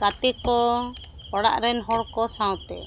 ᱜᱟᱛᱮ ᱠᱚ ᱚᱲᱟᱜ ᱨᱮᱱ ᱦᱚᱲ ᱠᱚ ᱥᱟᱶᱛᱮ